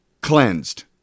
cleansed